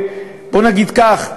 בוא נגיד כך,